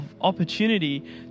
opportunity